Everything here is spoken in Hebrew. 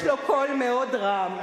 יש לו קול מאוד רם,